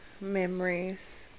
memories